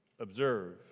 observe